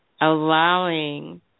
allowing